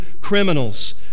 criminals